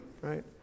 right